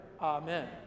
Amen